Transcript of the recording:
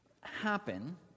happen